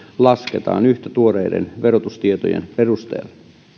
lasketaan yhtä tuoreiden verotustietojen perusteella